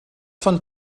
von